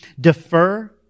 defer